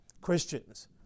Christians